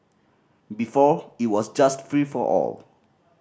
before it was just free for all